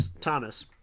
Thomas